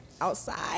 outside